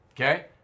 Okay